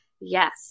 yes